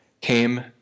came